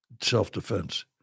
self-defense